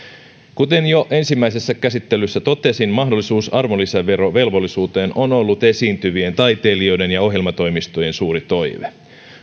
kuten jo ensimmäisessä käsittelyssä totesin mahdollisuus arvonlisäverovelvollisuuteen on ollut esiintyvien taiteilijoiden ja ohjelmatoimistojen suuri toive